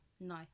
No